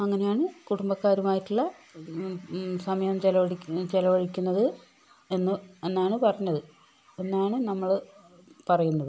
അങ്ങനെയാണ് കുടുംബക്കാരുമായിട്ടുള്ള സമയം ചില ചിലവഴിക്കുന്നത് എന്ന് എന്നാണ് പറഞ്ഞത് എന്നാണ് നമ്മള് പറയുന്നത്